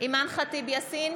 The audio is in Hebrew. אימאן ח'טיב יאסין,